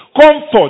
comfort